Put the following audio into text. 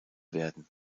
werden